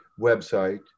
website